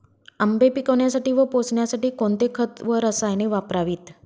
आंबे पिकवण्यासाठी व पोसण्यासाठी कोणते खत व रसायने वापरावीत?